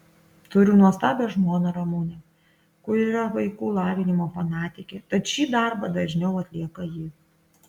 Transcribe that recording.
turiu nuostabią žmoną ramunę kuri yra vaikų lavinimo fanatikė tad šį darbą dažniau atlieka ji